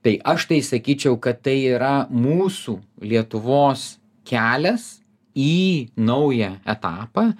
tai aš tai sakyčiau kad tai yra mūsų lietuvos kelias į naują etapą